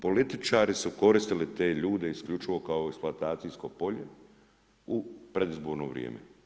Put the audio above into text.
Političari su koristili te ljude isključivo kao eksploatacijsko polje u predizborno vrijeme.